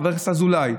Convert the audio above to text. חבר הכנסת אזולאי.